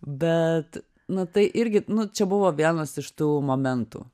bet na tai irgi nu čia buvo vienas iš tų momentų